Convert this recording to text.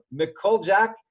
McColjack